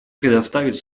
предоставить